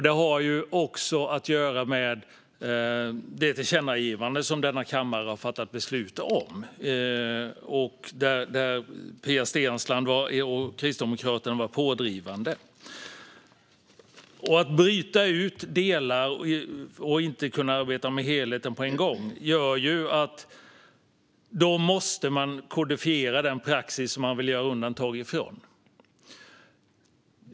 Det har att göra med det tillkännagivande som denna kammare har fattat beslut om och där Pia Steensland och Kristdemokraterna varit pådrivande. Att bryta ut delar och inte kunna arbeta med helheten på en gång gör att man måste kodifiera den praxis som man vill göra undantag ifrån.